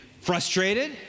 frustrated